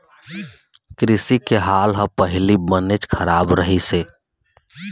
कृषि के हाल ह पहिली बनेच खराब रहिस हे